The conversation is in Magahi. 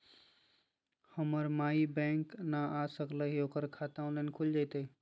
हमर माई बैंक नई आ सकली हई, ओकर खाता ऑनलाइन खुल जयतई?